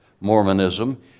Mormonism